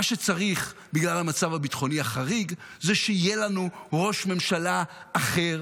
מה שצריך בגלל המצב הביטחוני החריג זה שיהיה לנו ראש ממשלה אחר,